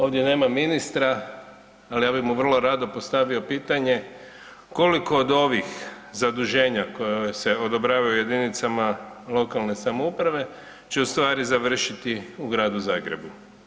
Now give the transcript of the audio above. Ovdje nema ministra ali ja bi mu vrlo rado postavio pitanje koliko od ovih zaduženja koje se odobravaju jedinicama lokalne samouprave će ustvari završiti u gradu Zagrebu?